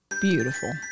Beautiful